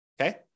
okay